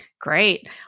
Great